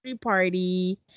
party